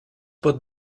pot